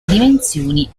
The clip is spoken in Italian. dimensioni